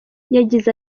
yagize